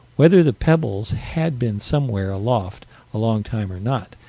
whether the pebbles had been somewhere aloft a long time or not,